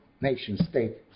nation-state